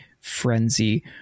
frenzy